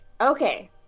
okay